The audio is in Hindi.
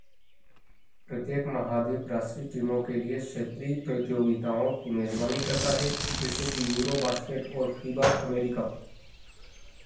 प्रत्येक महाद्वीप राष्ट्रीय टीमों के लिए क्षेत्रीय प्रतियोगिताओं की मेज़बानी करता है जैसे कि यूरो बास्केट और फीबा अमेरिका